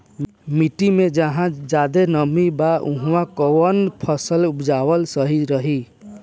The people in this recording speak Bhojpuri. मिट्टी मे जहा जादे नमी बा उहवा कौन फसल उपजावल सही रही?